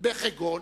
בכגון